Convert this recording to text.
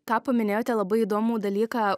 ką paminėjote labai įdomų dalyką